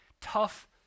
tough